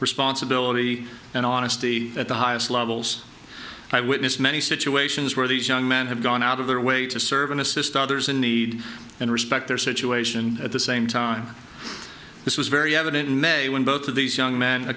responsibility and honesty at the highest levels i witnessed many situations where these young men have gone out of their way to serve and assist others in need and respect their situation at the same time this was very evident in may when both of these young men